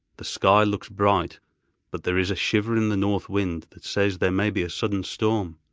the sky looks bright but there is a shiver in the north wind that says there may be a sudden storm.